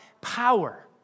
power